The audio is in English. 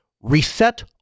Reset